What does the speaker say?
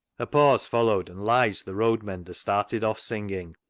a pause followed, and lige, the road-mender, started off singing,